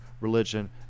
religion